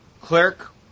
clerk